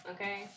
Okay